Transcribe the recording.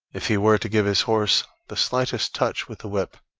if he were to give his horse the slightest touch with the whip,